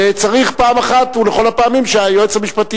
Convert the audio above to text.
וצריך פעם אחת ולכל הפעמים שהיועץ המשפטי